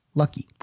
Lucky